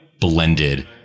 blended